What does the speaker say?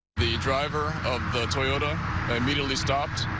the driver of the toyota immediately stopped